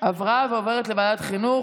ותעבור לוועדת החינוך.